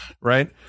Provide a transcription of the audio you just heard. right